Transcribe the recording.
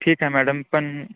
ठीक आहे मॅडम पण